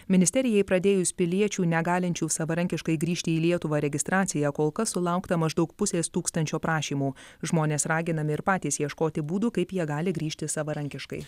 ministerijai pradėjus piliečių negalinčių savarankiškai grįžti į lietuvą registraciją kol kas sulaukta maždaug pusės tūkstančio prašymų žmonės raginami ir patys ieškoti būdų kaip jie gali grįžti savarankiškai